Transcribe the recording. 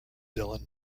dylan